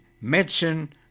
medicine